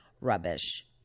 Rubbish